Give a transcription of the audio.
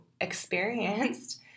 experienced